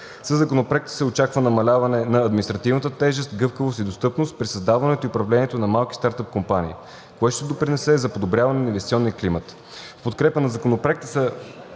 Със Законопроекта се очаква намаляване на административната тежест, гъвкавост и достъпност при създаването и управлението на малки стартъп компании, което ще допринесе за подобряване на инвестиционния климат. В подкрепа на Законопроекта са